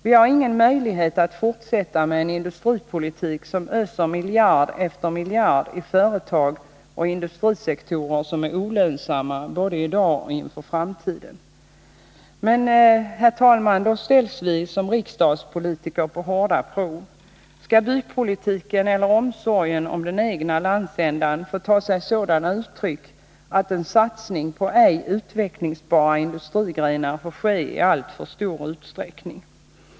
Vi har ingen möjlighet att fortsätta med en industripolitik som öser in miljard efter miljard i företag och industrisektorer som är olönsamma både i dag och inför framtiden. Men då ställs vi som riksdagspolitiker på hårda prov. Skall bypolitiken eller omsorgen om den egna landsändan få ta sig sådana uttryck att en satsning på ej utvecklingsbara industrigrenar sker i alltför stor utsträckning?